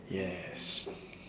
yes